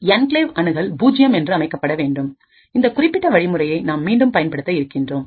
enclave அணுகல் பூஜ்ஜியம்enclave access0 என்று அமைக்க வேண்டும் இந்த குறிப்பிட்ட வழிமுறையை நாம் மீண்டும் பயன்படுத்த இருக்கின்றோம்